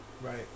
Right